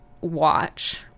watch